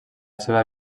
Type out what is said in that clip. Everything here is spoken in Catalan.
seva